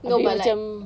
macam